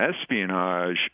espionage